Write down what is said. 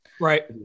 Right